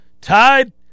tied